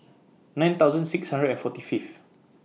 nine thousand six hundred and forty Fifth